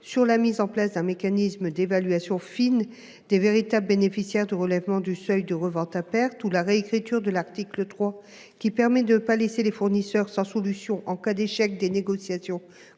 de la mise en place d'un mécanisme d'évaluation fine des véritables bénéficiaires du relèvement du seuil de revente à perte ou de la réécriture de l'article 3, qui permet de ne pas laisser les fournisseurs sans solution en cas d'échec des négociations